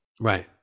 Right